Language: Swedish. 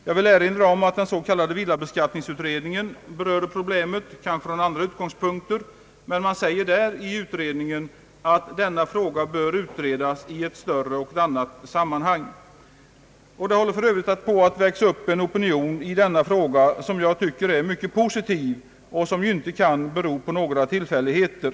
Jag vill erinra om att den s.k. villabeskattningsutredningen berörde problemet — låt vara möjligen från andra utgångspunkter — men utredningen säger att frågan bör utredas i ett större och annat sammanhang. Det håller för övrigt på att växa fram en opinion i denna fråga, något som jag tycker är mycket positivt och som inte kan bero på tillfälligheter.